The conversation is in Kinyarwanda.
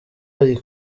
ari